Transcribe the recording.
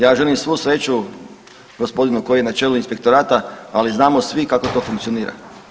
Ja želim svu sreću gospodinu koji je na čelu inspektorata ali znanom svi kako to funkcionira.